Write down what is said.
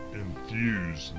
infuse